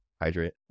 hydrate